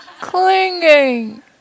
Clinging